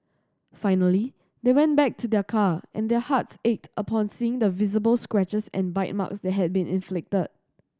finally they went back to their car and their hearts ached upon seeing the visible scratches and bite marks that had been inflicted